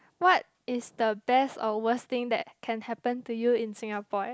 what is the best or worst thing that can happen to you in Singapore